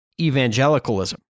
evangelicalism